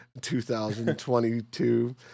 2022